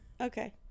okay